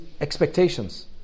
expectations